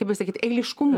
kaip pasakyt eiliškumu